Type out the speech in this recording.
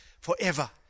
forever